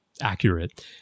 accurate –